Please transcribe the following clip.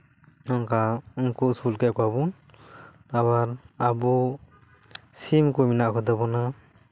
ᱚᱱᱠᱟ ᱩᱱᱠᱩ ᱟ ᱥᱩᱞ ᱠᱮᱫ ᱠᱚᱣᱟ ᱵᱚᱱ ᱛᱟᱨᱯᱚᱨ ᱟᱵᱚ ᱥᱤᱢ ᱠᱚ ᱢᱮᱱᱟᱜ ᱠᱚᱛᱟᱵᱚᱱᱟ